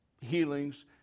healings